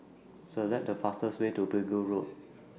Select The fastest Way to Pegu Road